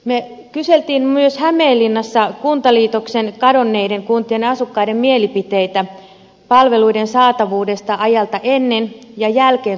me kyselimme myös hämeenlinnassa kuntaliitoksen kadonneiden kuntien asukkaiden mielipiteitä palveluiden saatavuudesta ajalta ennen ja jälkeen kuntaliitoksen